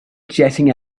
jetting